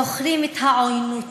זוכרים את העוינות,